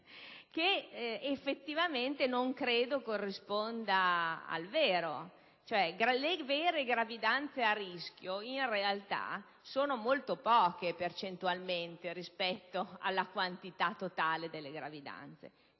minacciose che non credo corrisponda al vero. Le vere gravidanze a rischio, in realtà, sono molto ridotte percentualmente rispetto alla quantità totale delle gravidanze.